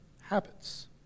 Habits